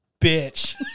bitch